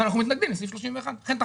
אז אנחנו מתנגדים לסעיף 31. לכן אתה